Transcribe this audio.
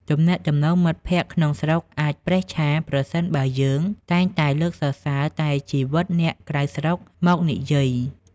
ទំនាក់ទំនងមិត្តភក្តិក្នុងស្រុកអាចប្រេះឆា ប្រសិនបើយើងតែងតែលើកសរសើរតែជីវិតអ្នកក្រៅស្រុកមកនិយាយ។